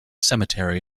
cemetery